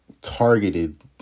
targeted